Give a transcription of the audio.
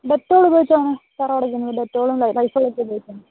Dettol ഉപയോഗിച്ചാണ് തറ തുടക്കുന്നതു ഡെറ്റോളും ലൈസോളൊക്കെ ഉപയോഗിച്ചാണ്